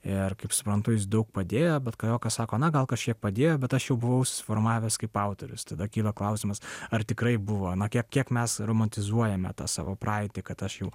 ir kaip suprantu jis daug padėjo bet kajokas sako na gal kažkiek padėjo bet aš jau buvau susiformavęs kaip autorius tada kyla klausimas ar tikrai buvo na kiek kiek mes romantizuojame tą savo praeitį kad aš jau